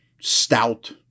stout